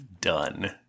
Done